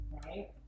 right